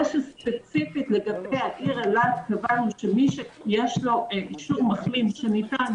זה שספציפית לגבי העיר אילת קבענו שמי שיש לו אישור מחלים שניתן